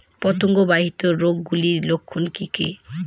পতঙ্গ বাহিত রোগ গুলির লক্ষণ কি কি?